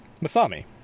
Masami